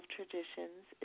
Traditions